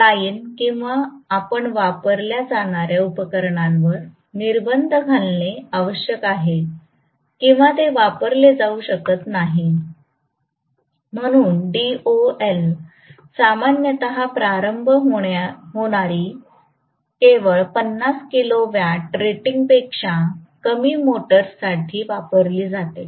line किंवा आपण वापरल्या जाणार्या उपकरणांवर निर्बंध घालणे आवश्यक आहे किंवा ते वापरले जाऊ शकत नाही म्हणून DOL सामान्यत प्रारंभ होणारी केवळ 50 किलोवॅट रेटिंगपेक्षा कमी मोटर्ससाठी वापरली जाते